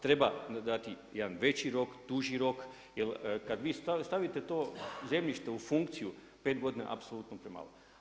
Treba dati jedan veći rok, jedan duži rok, jer kad vi stavite to zemljište u funkciju, 5 godina je apsolutno premalo.